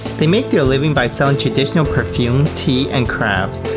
they make their living by selling traditional perfumes, tea and crafts,